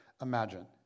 imagine